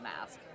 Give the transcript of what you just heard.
mask